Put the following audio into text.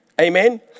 Amen